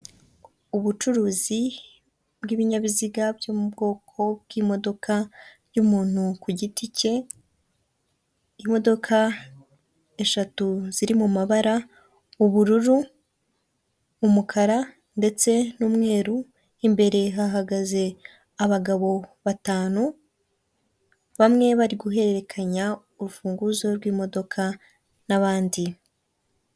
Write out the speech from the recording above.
Ubucuruzi bw'ibinyabiziga byo mu bwoko bw'imodoka y'umuntu ku giti cye. Imodoka eshatu ziri mu mabara ubururu, umukara ndetse n'umweru. Imbere hahagaze abagabo batanu, bamwe bari guhererekanya urufunguzo rw'imodoka n'abandi.